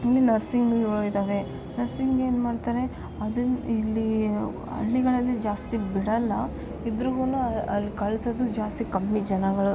ಇಲ್ಲಿ ನರ್ಸಿಂಗ್ಗಳು ಇದಾವೆ ನರ್ಸಿಂಗ್ ಏನು ಮಾಡ್ತಾರೆ ಅದನ್ನು ಇಲ್ಲೀ ಹಳ್ಳಿಗಳಲ್ಲಿ ಜಾಸ್ತಿ ಬಿಡೋಲ್ಲ ಇಬ್ರುಗು ಅಲ್ಲಿ ಕಳಿಸೋದು ಜಾಸ್ತಿ ಕಮ್ಮಿ ಜನಗಳು